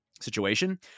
situation